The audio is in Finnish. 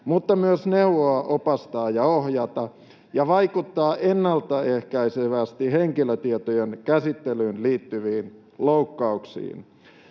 mutta myös neuvoa, opastaa, ohjata ja vaikuttaa ennaltaehkäisevästi henkilötietojen käsittelyyn liittyviin loukkauksiin